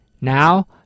Now